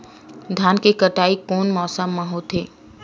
धान के कटाई कोन मौसम मा होथे?